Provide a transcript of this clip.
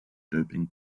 doping